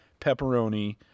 pepperoni